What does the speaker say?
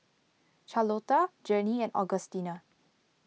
Charlotta Journey and Augustina